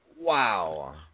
Wow